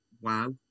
wow